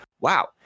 Wow